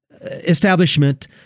establishment